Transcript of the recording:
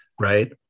Right